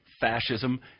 fascism